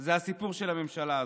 זה הסיפור של הממשלה הזאת.